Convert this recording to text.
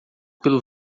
pelo